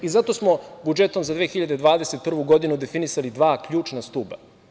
I zato smo budžetom za 2021. godinu definisali dva ključna stuba.